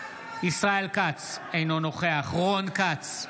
ישראל כץ, אינו נוכח רון כץ,